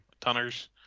tunners